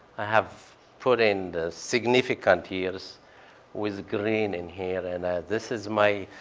i have put in the significant years with green in here. and this is my.